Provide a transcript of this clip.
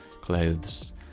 clothes